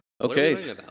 Okay